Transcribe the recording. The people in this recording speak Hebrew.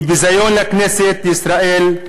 היא ביזיון לכנסת ישראל.